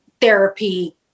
therapy